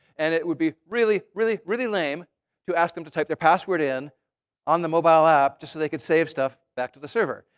and it would be really, really, really lame to ask them to type their password in on the mobile app just so they could save stuff back to the server.